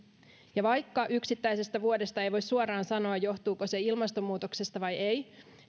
vaikka yksittäisestä vuodesta ei voi suoraan sanoa johtuuko se ilmastonmuutoksesta vai ei